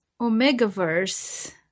Omega-verse